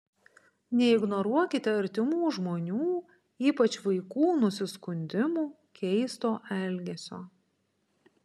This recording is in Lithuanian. neignoruokite artimų žmonių ypač vaikų nusiskundimų keisto elgesio